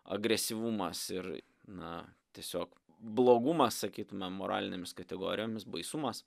agresyvumas ir na tiesiog blogumas sakytume moralinėmis kategorijomis baisumas